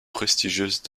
prestigieuse